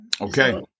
Okay